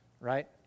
right